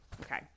Okay